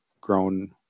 grown